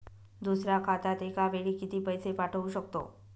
दुसऱ्या खात्यात एका वेळी किती पैसे पाठवू शकतो?